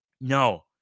No